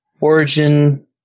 origin